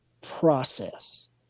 process